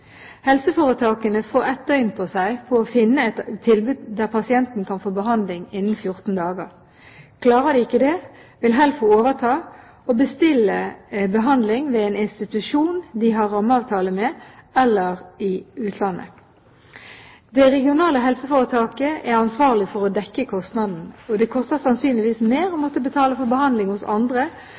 Helseforetakene får et døgn på seg til å finne et tilbud der pasienten kan få behandling innen 14 dager. Klarer de ikke det, vil HELFO overta og bestille behandling ved en institusjon de har rammeavtale med, eller i utlandet. Det regionale helseforetaket er ansvarlig for å dekke kostnaden. Det koster sannsynligvis mer å måtte betale for behandling hos andre